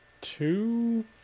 two